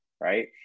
right